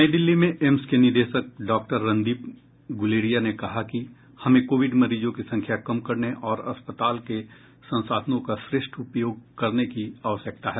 नई दिल्ली में एम्स के निदेशक डॉक्टर रणदीप गुलेरिया ने कहा कि हमें कोविड मरीजों की संख्या कम करने और अस्पताल के संसाधनों का श्रेष्ठ उपयोग करने की आवश्यकता है